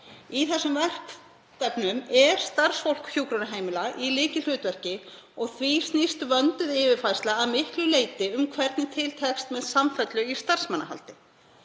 Í þessum verkefnum er starfsfólk hjúkrunarheimila í lykilhlutverki. Því snýst vönduð yfirfærsla að miklu leyti um hvernig til tekst með samfellu í starfsmannahaldi.